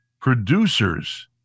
Producers